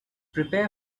prepare